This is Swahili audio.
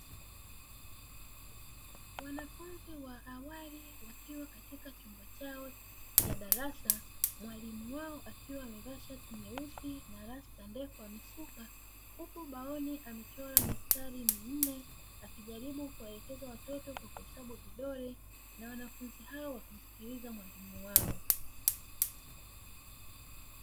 Wanafunzi wa awali wakiwa katika chumba chao cha darasa mwalimu wao akiwa amevaa shati jeusi na rasta ndefu amesuka, huku ubaoni ubaoni amechora mistari minne akijaribu kuwaelekeza watoto kwa kuhesabu vidole na wanafunzi hao wakimsikiliza mwalimu wao.